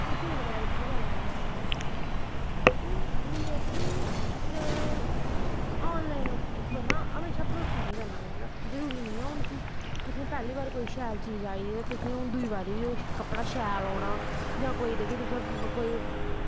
हून फीडबैक दी गै गल्ल आई जा जि'यां कि एह् ऐ कि ऑनलाइन उप्पर ना हमेशा भरोसा नी करना मतलब जरूरी नी ऐ हून कि तुसें पैहली बारी बार कोई शैल चीज आई गेई ते तुसेंगी ओह् दूई बारी बी कपड़ा शैल औना जां केईं जेह्के तुसें कोई